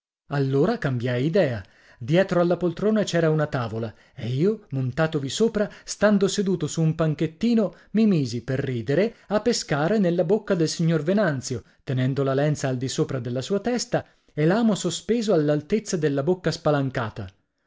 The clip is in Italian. allora cambiai idea dietro alla poltrona c'era una tavola e io montatovi sopra stando seduto su un panchettino mi misi per ridere a pescare nella bocca del signor venanzio tenendo la lenza al disopra della sua testa e l'amo sospeso all'altezza della bocca spalancata